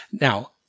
Now